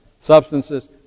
substances